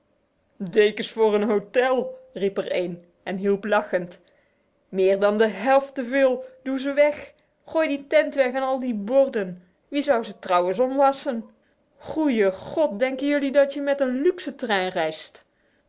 dekens voor een hotel riep er een en hielp lachend meer dan de helft te veel doe ze weg gooi die tent weg en al die borden wie zou ze trouwens omwass en goeie god denk jelui dat je met een luxe trein reist